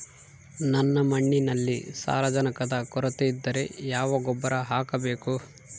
ನನ್ನ ಮಣ್ಣಿನಲ್ಲಿ ಸಾರಜನಕದ ಕೊರತೆ ಇದ್ದರೆ ಯಾವ ಗೊಬ್ಬರ ಹಾಕಬೇಕು?